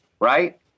right